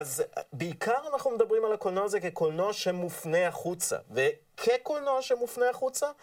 אז בעיקר אנחנו מדברים על הקולנוע הזה כקולנוע שמופנה החוצה. וכקולנוע שמופנה החוצה...